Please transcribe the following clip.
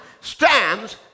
stands